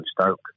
Stoke